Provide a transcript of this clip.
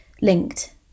linked